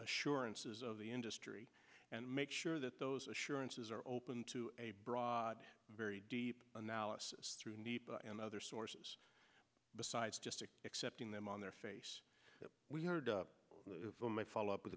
assurances of the industry and make sure that those assurances are open to a broad very deep analysis and other sources besides just accepting them on their face that we heard in my follow up with